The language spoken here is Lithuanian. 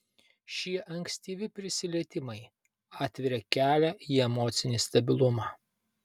šie ankstyvi prisilietimai atveria kelią į emocinį stabilumą